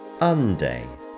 Unday